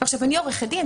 ואני עורכת דין,